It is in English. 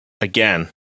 Again